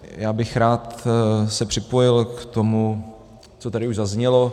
Já bych se rád připojil k tomu, co tady už zaznělo.